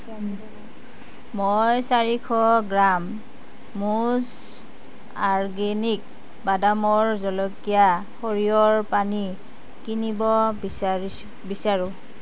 মই চাৰিশ গ্ৰাম মুজ আৰ্গেনিক বাদামৰ জলকীয়া সৰিয়হৰ পানী কিনিব বিচাৰিছো বিচাৰোঁ